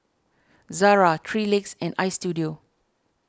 Zara three Legs and Istudio